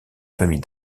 famille